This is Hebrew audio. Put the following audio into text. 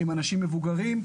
עם אנשים מבוגרים,